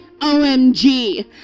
OMG